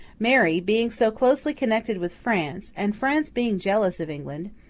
mary being so closely connected with france, and france being jealous of england,